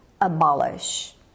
abolish